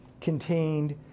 contained